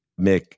Mick